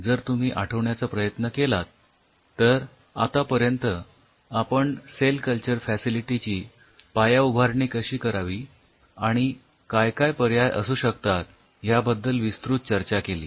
जर तुम्ही आठवण्याचा प्रयत्न केलात तर आतापर्यंत आपण सेल कल्चर फॅसिलिटी ची पायाउभारणी कशी करावी आणि काय काय पर्याय असू शकतात याबद्दल विस्तृत चर्चा केली